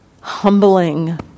humbling